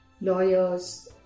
lawyers